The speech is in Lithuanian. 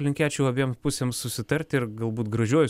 linkėčiau abiem pusėms susitarti ir galbūt gražiuoju